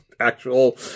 Actual